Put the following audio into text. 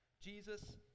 Jesus